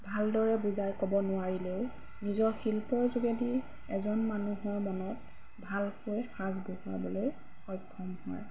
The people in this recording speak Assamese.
ভালদৰে বুজাই ক'ব নোৱাৰিলেও নিজৰ শিল্পৰ যোগেদি এজন মানুহৰ মনত ভালকৈ সাজ বহুৱাবলৈ সক্ষম হয়